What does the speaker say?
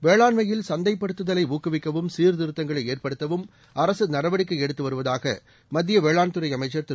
வேளாண்மையில் சந்தைப்படுத்துதலைஊக்குவிக்கவும் சீர்திருத்தங்களைஏற்படுத்தவும் அரசுநடவடிக்கைஎடுத்துவருவதாகமத்தியவேளாண் துறைஅமைச்சர் திரு